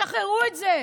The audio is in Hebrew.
שחררו את זה.